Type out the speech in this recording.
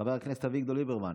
חבר הכנסת אביגדור ליברמן,